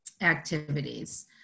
activities